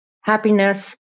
happiness